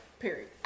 Period